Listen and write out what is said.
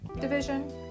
division